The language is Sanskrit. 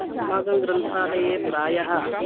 अस्माकं ग्रन्थालये प्रायः